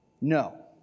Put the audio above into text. No